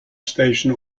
station